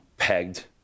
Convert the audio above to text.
pegged